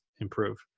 improve